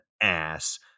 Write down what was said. ass